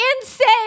insane